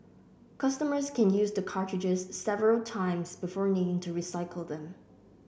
customers can use the cartridges several times before needing to recycle them